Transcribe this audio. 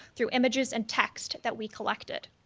through images and text that we collected.